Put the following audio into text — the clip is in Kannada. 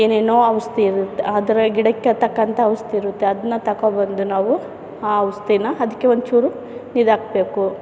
ಏನೇನೋ ಔಷಧಿ ಇರುತ್ತೆ ಅದರ ಗಿಡಕ್ಕೆ ತಕ್ಕಂಥ ಔಷಧಿ ಇರುತ್ತೆ ಅದನ್ನ ತಗೋಬಂದು ನಾವು ಆ ಔಷಧಿನ ಅದಕ್ಕೆ ಒಂಚೂರು ಇದು ಹಾಕಬೇಕು